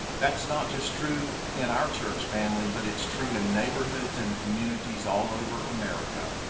that's not just true in our church family, but it's true in neighborhoods and communities all over america.